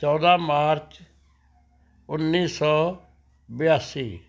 ਚੌਦ੍ਹਾਂ ਮਾਰਚ ਉੱਨੀ ਸੌ ਬਿਆਸੀ